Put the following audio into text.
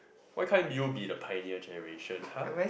why can't you be the pioneer generation